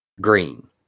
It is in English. green